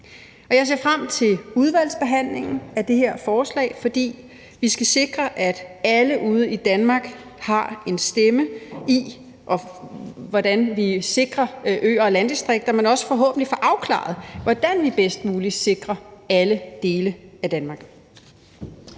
Jeg ser frem til udvalgsbehandlingen af det her forslag, for vi skal sikre, at alle ude i Danmark har en stemme, i forhold til hvordan vi sikrer øer og landdistrikter, og vi får forhåbentlig også afklaret, hvordan vi bedst muligt sikrer alle dele af Danmark.